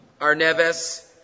Arneves